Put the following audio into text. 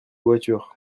voiture